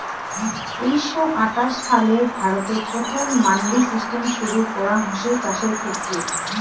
উনিশশো আটাশ ছালে ভারতে প্রথম মান্ডি সিস্টেম শুরু করাঙ হসে চাষের ক্ষেত্রে